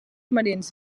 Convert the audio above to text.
marins